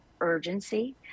urgency